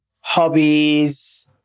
Hobbies